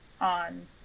on